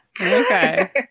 Okay